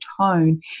tone